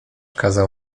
kazał